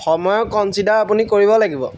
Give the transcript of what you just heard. সময়ক কনচিডাৰ আপুনি কৰিব লাগিব